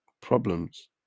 problems